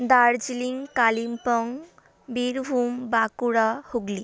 Darjeeling Kalimpong Birbhum Bankura Hooghly